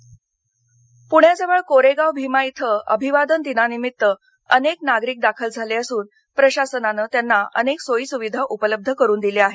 कोरेगाव भीमा जिल्हाधिकारी पुण्याजवळ कोरेगाव भीमा विजय इथं अभिवादन दिनानिमित्त अनेक नागरिक दाखल झाले असून प्रशासनानं त्यांना अनेक सोयी सुविधा उपलब्ध करून दिल्या आहेत